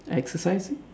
exercising